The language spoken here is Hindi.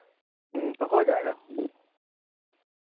तो हो जाएगा